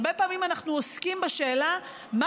הרבה פעמים אנחנו עוסקים בשאלה מה